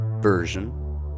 version